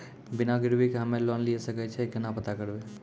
बिना गिरवी के हम्मय लोन लिये सके छियै केना पता करबै?